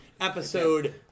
episode